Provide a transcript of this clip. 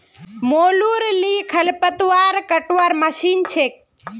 मोलूर ली खरपतवार कटवार मशीन छेक